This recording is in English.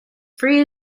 free